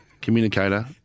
communicator